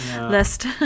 list